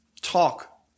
talk